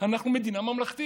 אנחנו מדינה ממלכתית.